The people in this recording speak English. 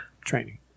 training